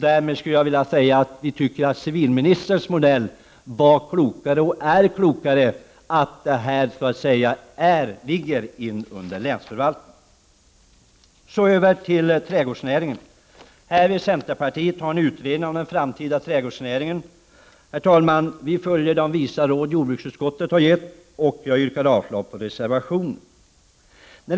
Därmed skulle jag vilja säga att vi tycker att civilministerns modell var och är klokare, nämligen att frågan om fiskenämnderna skall ligga under länsförvaltningen. Herr talman! Centerpartiet vill ha en utredning om den framtida trädgårdsnäringen. Vi följer de visa råd jordbruksutskottet har gett, och jag yrkar avslag på reservationen.